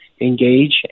engage